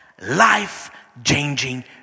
Life-changing